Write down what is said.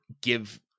give